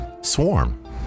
Swarm